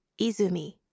Izumi